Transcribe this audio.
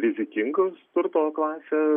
rizikingos turto klasė